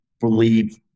believe